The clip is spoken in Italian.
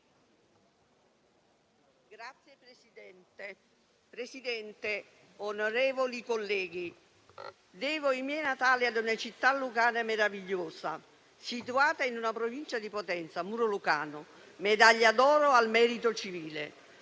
*(M5S)*. Signor Presidente, onorevoli colleghi, devo i miei natali a una città lucana meravigliosa, situata in provincia di Potenza, Muro Lucano, medaglia d'oro al merito civile.